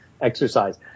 exercise